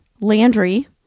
Landry